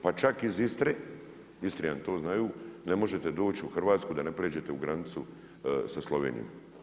Pa čak iz Istre, Istrijani to znaju, ne možete doći u Hrvatsku, da ne pređete granicu sa Slovenijom.